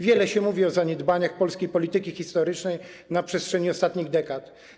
Wiele się mówi o zaniedbaniach polskiej polityki historycznej na przestrzeni ostatnich dekad.